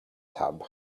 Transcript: tub